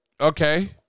Okay